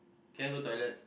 can I go toilet